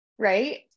Right